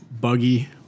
buggy